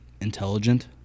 intelligent